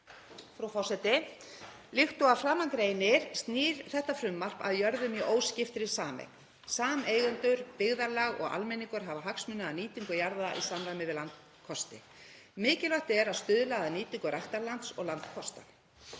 Frú forseti. Líkt og að framan greinir snýr þetta frumvarp að jörðum í óskiptri sameign. Sameigendur, byggðarlag og almenningur hafa hagsmuni af nýtingu jarða í samræmi við landkosti. Mikilvægt er að stuðla að nýtingu ræktarlands og landkosta.